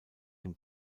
dem